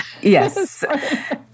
Yes